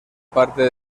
parte